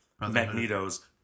Magneto's